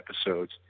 episodes